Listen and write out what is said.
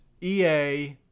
EA